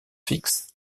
fixes